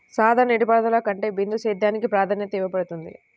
సాధారణ నీటిపారుదల కంటే బిందు సేద్యానికి ప్రాధాన్యత ఇవ్వబడుతుంది